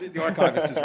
the archivist